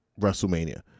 WrestleMania